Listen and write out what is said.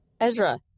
Ezra